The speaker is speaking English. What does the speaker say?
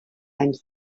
and